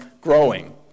growing